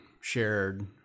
shared